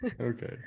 Okay